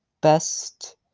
best